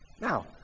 Now